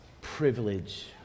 privilege